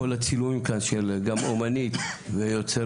כל הצילומים כאן של גם אומנית ויוצרת,